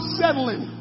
settling